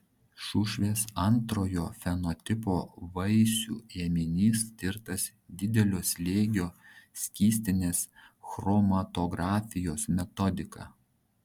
šušvės antrojo fenotipo vaisių ėminys tirtas didelio slėgio skystinės chromatografijos metodika